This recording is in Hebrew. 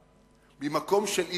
הוא בא ממקום של חולשה,